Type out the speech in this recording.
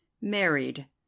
married